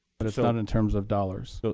but it's a lot in terms of dollars. so